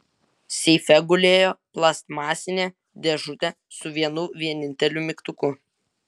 seife gulėjo plastmasinė dėžutė su vienu vieninteliu mygtuku